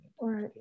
Right